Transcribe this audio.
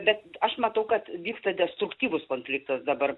bet aš matau kad vyksta destruktyvus konfliktas dabar